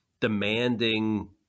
demanding